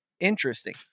Interesting